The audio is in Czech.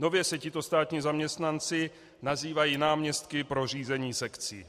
Nově se tito státní zaměstnanci nazývají náměstky pro řízení sekcí.